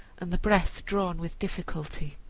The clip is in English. and the breath drawn with difficulty.